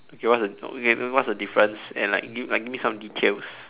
okay what's the okay what's the difference and like give like give me some details